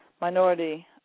minority